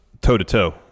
toe-to-toe